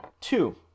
two